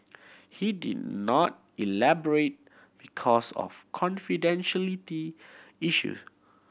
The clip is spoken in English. he did not elaborate because of confidentiality issue